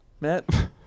Matt